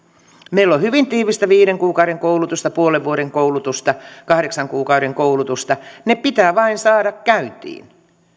meillä on hyvin tiivistä viiden kuukauden koulutusta puolen vuoden koulutusta kahdeksan kuukauden koulutusta ne pitää vain saada käyntiin